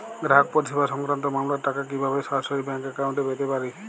গ্রাহক পরিষেবা সংক্রান্ত মামলার টাকা কীভাবে সরাসরি ব্যাংক অ্যাকাউন্টে পেতে পারি?